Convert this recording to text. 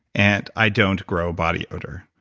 and i don't grow body odor.